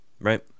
Right